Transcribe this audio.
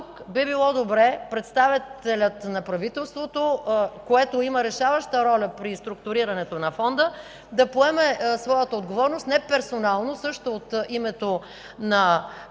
тук би било добре представителят на правителството, което има решаваща роля при структурирането на Фонда, да поеме своята отговорност – не персонално, също от името на правителството,